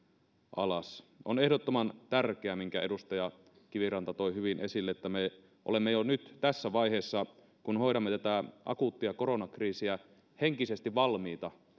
alas on ehdottoman tärkeää minkä edustaja kiviranta toi hyvin esille että me olemme jo nyt tässä vaiheessa kun hoidamme tätä akuuttia koronakriisiä henkisesti valmiita